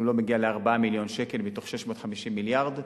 הוא לא מגיע ל-4 מיליון שקל מתוך 650 מיליארד,